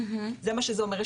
זה מה שזה אומר.